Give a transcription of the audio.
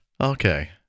Okay